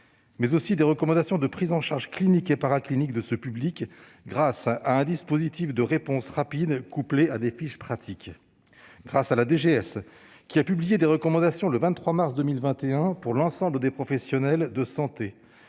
mais aussi des recommandations de prise en charge clinique et paraclinique de ce public, grâce à un dispositif de réponses rapides couplé à des fiches pratiques. La direction générale de la santé (DGS) a, quant à elle, publié des recommandations le 23 mars 2021 pour l'ensemble des professionnels de santé.